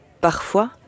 Parfois